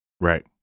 Right